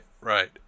Right